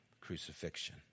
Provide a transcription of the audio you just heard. crucifixion